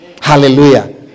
Hallelujah